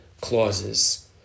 clauses